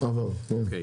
הצבעה אושר.